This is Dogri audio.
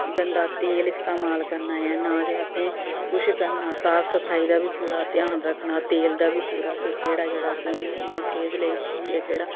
गंदा तेल इस्तेमाल करना ना ते असें किश करना साफ सफाई दा बी पूरा घ्यान रक्खना तेल दा बी पूरा केह्ड़ा केह्ड़ा सेह्त लेई ठीक ऐ केह्ड़ा